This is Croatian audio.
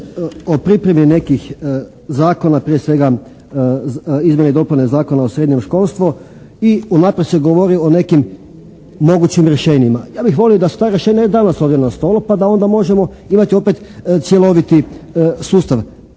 o pripremi nekih zakona, prije svega izmjene i dopune Zakona o srednjem školstvu i unaprijed se govori o nekim mogućim rješenjima. Ja bi volio da su ta rješenja i danas ovdje na stolu pa da onda možemo imati opet cjeloviti sustav